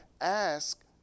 ask